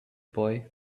boy